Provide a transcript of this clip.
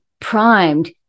primed